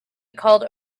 called